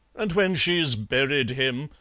and when she's buried him,